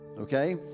Okay